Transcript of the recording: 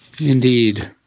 Indeed